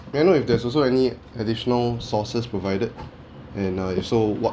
may I know if there's also any additional sauces provided and uh if so what